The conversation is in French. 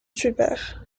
hubert